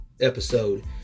episode